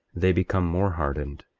they become more hardened,